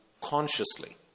consciously